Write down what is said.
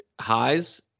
highs